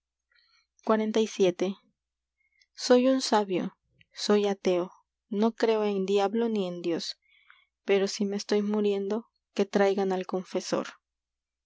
xlvii oy un sabioj soy ateo no creo en ateo en diablo ni dios pero si que me estoy muriendo traigan el confesor